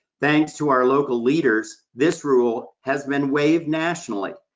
thanks to our local leaders, this rule has been waived nationally,